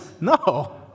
No